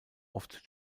oft